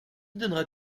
donneras